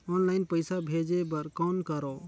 Online पईसा भेजे बर कौन करव?